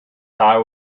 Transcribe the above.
eye